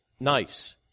Nice